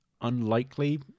unlikely